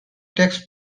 takes